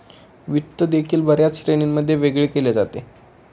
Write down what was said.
वित्त देखील बर्याच श्रेणींमध्ये वेगळे केले जाते